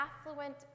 affluent